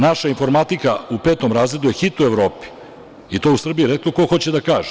Naša informatika u petom razredu je hit u Evropi, i to u Srbiji retko ko hoće da kaže.